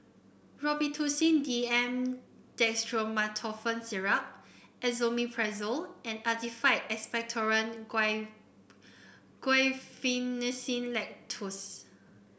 Robitussin D M Dextromethorphan Syrup Esomeprazole and Actified Expectorant Guaiphenesin Linctus